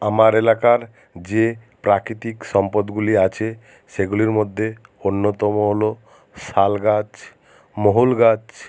আমার এলাকার যে প্রাকৃতিক সম্পদগুলি আছে সেগুলির মধ্যে অন্যতম হলো শাল গাছ মহুল গাছ